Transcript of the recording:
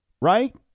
right